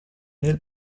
neil